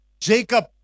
Jacob